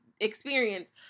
experience